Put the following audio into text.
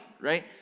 right